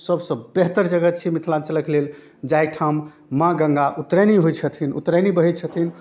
सबसँ बेहतर जगह छिए मिथिलाञ्चलके लेल जाहिठाम माँ गङ्गा उत्तरायणी होइ छथिन उत्तरायणी बहै छथिन